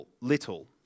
little